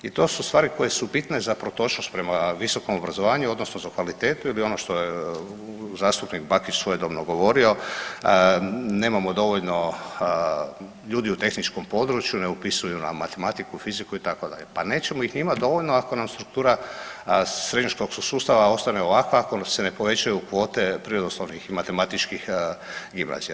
I to su stvari koje su bitne za protočnost prema visokom obrazovanju odnosno za kvalitetu ili ono što je zastupnik Bakić svojedobno govorio nemamo dovoljno ljudi u tehničkom području, ne upisuju nam matematiku, fiziku, itd., pa nećemo ih ni imat dovoljno ako nam struktura srednjoškolskog sustava ostane ovakva, ako se ne povećaju kvote prirodoslovnih i matematičkih gimnazija.